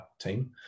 team